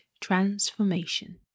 Transformation